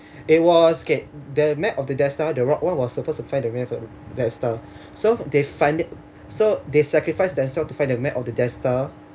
it was okay the map of the death star the rogue one was supposed to find the map of death star so they find it so they sacrifice themselves to find the map of the death star